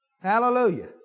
Hallelujah